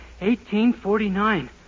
1849